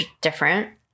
different